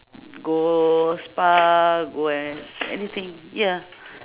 go spa go and anything ya